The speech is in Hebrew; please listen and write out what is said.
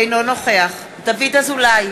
אינו נוכח דוד אזולאי,